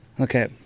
Okay